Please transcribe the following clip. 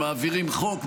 מעבירים חוק,